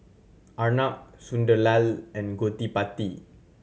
Arnab Sunderlal and Gottipati